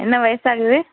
என்ன வயசாகுது